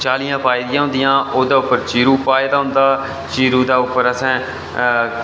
पचाह्लियां पाई दियां होंदियां ओह्दे उप्पर चीरू पाए दा होंदा चीरू दे उप्पर असें